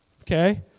Okay